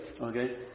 okay